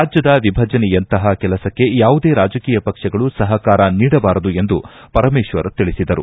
ರಾಜ್ಯದ ವಿಭಜನೆಯಂತಹ ಕೆಲಸಕ್ಕೆ ಯಾವುದೇ ರಾಜಕೀಯ ಪಕ್ಷಗಳು ಸಹಕಾರ ನೀಡಬಾರದು ಎಂದು ಪರಮೇಶ್ವರ್ ತಿಳಿಸಿದರು